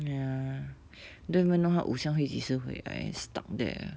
ya don't even know 她偶像几时会回来 stuck there